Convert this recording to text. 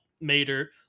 Mater